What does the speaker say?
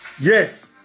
Yes